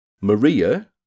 Maria